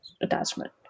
attachment